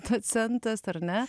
docentas ar ne